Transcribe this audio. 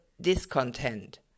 discontent